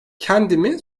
kendimi